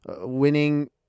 winning